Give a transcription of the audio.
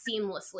seamlessly